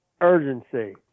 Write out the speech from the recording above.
urgency